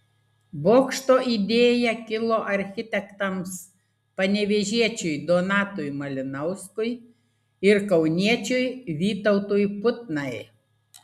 bokšto idėja kilo architektams panevėžiečiui donatui malinauskui ir kauniečiui vytautui putnai